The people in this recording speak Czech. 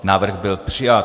Návrh byl přijat.